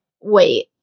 wait